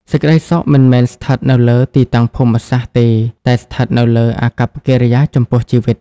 សេចក្តីសុខមិនមែនស្ថិតនៅលើ "ទីតាំងភូមិសាស្ត្រ" ទេ តែស្ថិតនៅលើ "អាកប្បកិរិយាចំពោះជីវិត"។